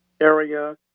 area